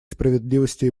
справедливости